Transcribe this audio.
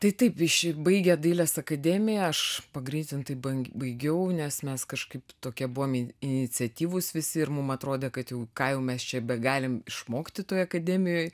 tai taip iš baigę dailės akademiją aš pagreitintai baig baigiau nes mes kažkaip tokie buvom iniciatyvūs visi ir mum atrodė kad jau ką jau mes čia begalim išmokti toj akademijoj